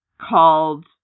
called